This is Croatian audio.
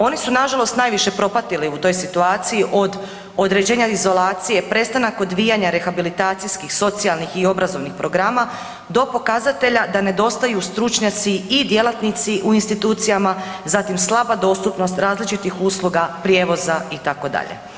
Oni su nažalost najviše propatili u toj situaciji od određenja izolacije, prestanak odvijanja rehabilitacijskih, socijalnih i obrazovnih programa do pokazatelja da nedostaju stručnjaci i djelatnici u institucijama, zatim slaba dostupnost različitih usluga prijevoza itd.